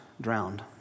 drowned